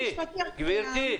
גברתי,